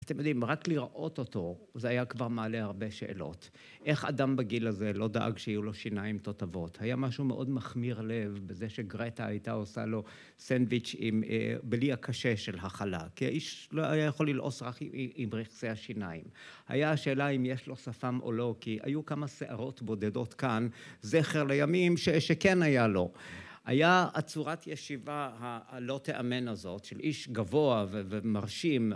אתם יודעים, רק לראות אותו, זה היה כבר מעלה הרבה שאלות. איך אדם בגיל הזה לא דאג שיהיו לו שיניים תותבות? היה משהו מאוד מכמיר לב בזה שגרטה הייתה עושה לו סנדוויץ' בלי הקשה של החלה. כי האיש לא היה יכול ללעוס רק עם רכסי השיניים. היה השאלה אם יש לו שפם או לא, כי היו כמה שערות בודדות כאן, זכר לימים, שכן היה לו. היה הצורת ישיבה הלא תיאמן הזאת של איש גבוה ומרשים,